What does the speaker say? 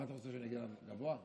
מה את רוצה שאני אגיד, גבוה?